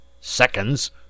Seconds